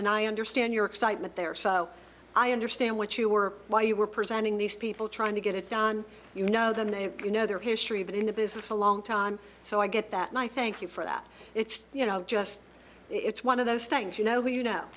and i understand your excitement there so i understand what you were why you were presenting these people trying to get it done you know the name you know their history but in the business a long time so i get that my thank you for that it's you know just it's one of those things you know you know